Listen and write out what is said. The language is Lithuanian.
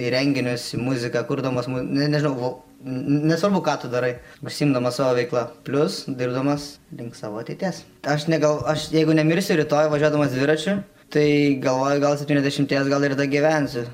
į renginius į muziką kurdamas mum nežinau gal nesvarbu ką tu darai užsiimdamas savo veikla plius dirbdamas link savo ateities aš ne gal aš jeigu nemirsiu rytoj važiuodamas dviračiu tai galvoju gal septyniasdešimties gal ir dagyvensiu